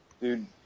Dude